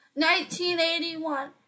1981